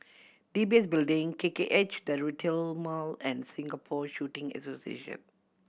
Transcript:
D B S Building K K H The Retail Mall and Singapore Shooting Association